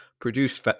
produce